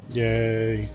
yay